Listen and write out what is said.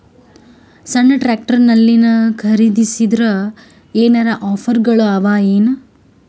ಸಣ್ಣ ಟ್ರ್ಯಾಕ್ಟರ್ನಲ್ಲಿನ ಖರದಿಸಿದರ ಏನರ ಆಫರ್ ಗಳು ಅವಾಯೇನು?